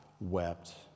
wept